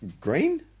Green